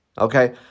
okay